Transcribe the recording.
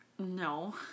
no